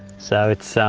so it's.